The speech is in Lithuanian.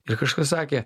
ir kažkas sakė